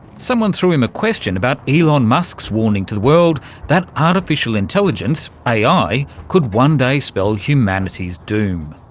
someone threw him a question about elon musk's warning to the world that artificial intelligence, ai, could one day spell humanity's doom.